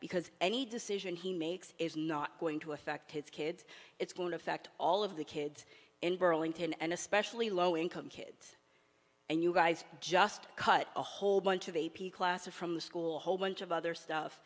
because any decision he makes is not going to affect his kids it's going to affect all of the kids in burlington and especially low income kids and you guys just cut a whole bunch of a p classes from school a whole bunch of other stuff